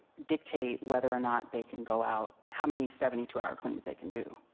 dictates whether or not they could go out. how many seventy two hour cleans they could do.